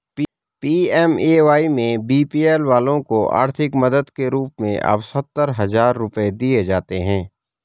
PMAY में BPL वालों को आर्थिक मदद के रूप में अब सत्तर हजार रुपये दिए जाते हैं